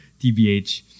tbh